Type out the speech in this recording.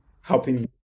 helping